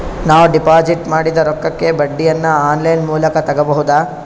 ನಾವು ಡಿಪಾಜಿಟ್ ಮಾಡಿದ ರೊಕ್ಕಕ್ಕೆ ಬಡ್ಡಿಯನ್ನ ಆನ್ ಲೈನ್ ಮೂಲಕ ತಗಬಹುದಾ?